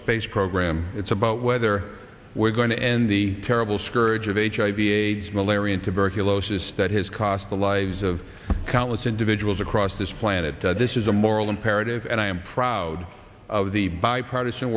space program it's about whether we're going to end the terrible scourge of aids hiv aids malaria and tuberculosis that has cost the lives of countless individuals across this planet this is a moral imperative and i am proud of the bipartisan